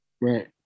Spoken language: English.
Right